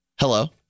hello